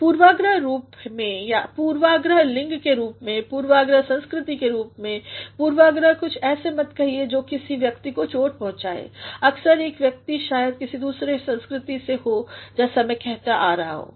पूर्वाग्रह रूप में पूर्वाग्रह लिंग के रूप में पूर्वाग्रह संस्कृति के रूप में कुछ ऐसे मत कहिए जो किसी व्यक्ति को चोट पहुंचाए अक्सर एक व्यक्ति शायद किसी दूसरे संस्कृति से हो जैसा मैं कहते आ रहा हूँ